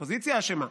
האופוזיציה אשמה.